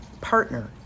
partner